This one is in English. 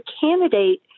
candidate